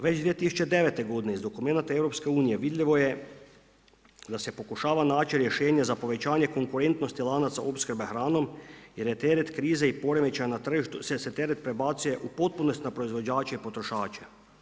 Već 2009. godine iz dokumenata EU vidljivo je da se pokušava naći rješenje za povećanje konkurentnosti lanaca opskrbe hranom, jer je teret krize i poremećaja na tržištu se teret prebacuje u potpunosti na proizvođače i potrošače.